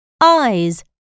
Eyes